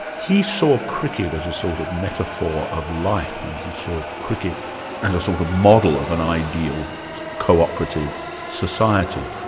he saw cricket as a sort of metaphor of life, and he saw cricket as a sort of model of an ideal co-operative society.